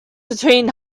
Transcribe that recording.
between